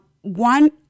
one